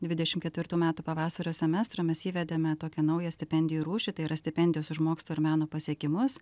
dvidešim ketvirtų metų pavasario semestro mes įvedėme tokią naują stipendijų rūšį tai yra stipendijos už mokslo ir meno pasiekimus